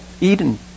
Eden